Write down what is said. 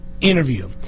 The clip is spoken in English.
Interview